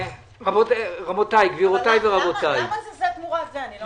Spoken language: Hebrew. אבל למה זה תמורת זה?